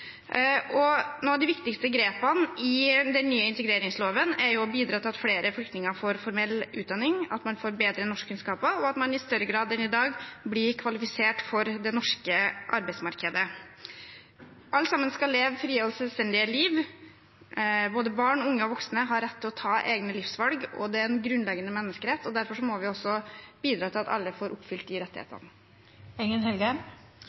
de viktigste grepene i den nye integreringsloven er å bidra til at flere flyktninger får formell utdanning, at man får bedre norskkunnskaper, og at man i større grad enn i dag blir kvalifisert for det norske arbeidsmarkedet. Alle skal leve et fritt og selvstendig liv, både barn, unge og voksne har rett til å ta egne livsvalg. Det er en grunnleggende menneskerett, og derfor må vi også bidra til at alle får oppfylt de